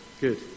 Good